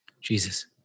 Jesus